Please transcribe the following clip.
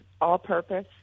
all-purpose